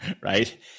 right